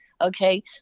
Okay